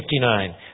59